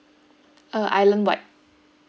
uh islandwide